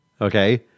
okay